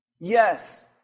Yes